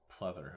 Pleather